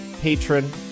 patron